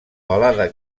balada